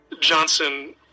Johnson